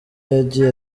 yagiye